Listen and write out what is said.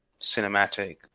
cinematic